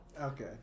Okay